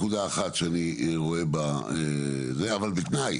זו נקודה אחת שאני רואה בה, אבל בתנאי